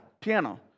Piano